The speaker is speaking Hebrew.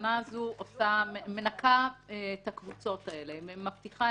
שההבחנה הזאת מנקה את הקבוצות האלה, היא מבטיחה